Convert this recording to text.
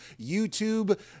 YouTube